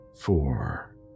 Four